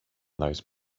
those